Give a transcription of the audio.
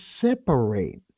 separate